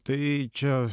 tai čia